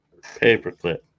Paperclip